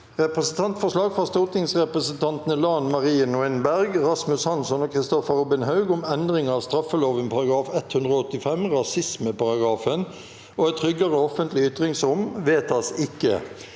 Representantforslag fra stortingsrepresentantene Lan Marie Nguyen Berg, Rasmus Hansson og Kristoffer Robin Haug om endring av straffeloven § 185, «rasismeparagrafen», og et tryggere offentlig ytringsrom – vedtas ikke.